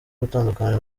gutandukana